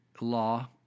law